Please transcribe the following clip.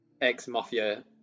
ex-Mafia